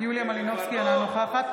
כמה אתה יכול לשקר,